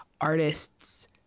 artists